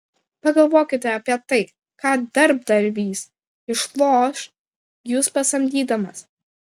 pagalvokite apie tai ką darbdavys išloš jus pasamdydamas